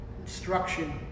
instruction